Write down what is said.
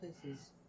places